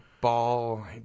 ball